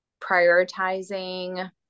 prioritizing